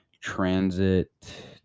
transit